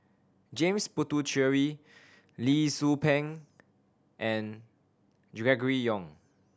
James Puthucheary Lee Tzu Pheng and Gregory Yong